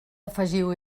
afegiu